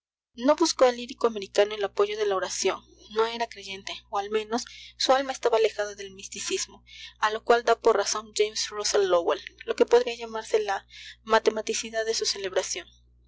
no buscó el lírico americano el apoyo de la oración no era creyente o al menos su alma estaba alejada del misticismo a lo cual da por razón james russell lowell lo que podría llamarse la matematicidad de su cerebración